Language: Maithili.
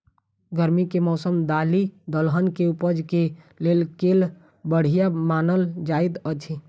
गर्मी केँ मौसम दालि दलहन केँ उपज केँ लेल केल बढ़िया मानल जाइत अछि?